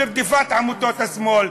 אני אעסיק אותם ברדיפת עמותות השמאל,